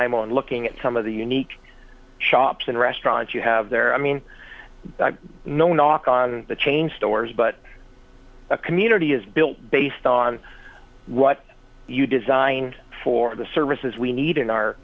i'm on looking at some of the unique shops and restaurants you have there i mean no knock on the chain stores but a community is built based on what you designed for the services we need in our